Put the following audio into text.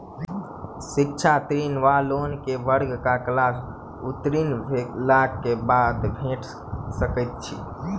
शिक्षा ऋण वा लोन केँ वर्ग वा क्लास उत्तीर्ण भेलाक बाद भेट सकैत छी?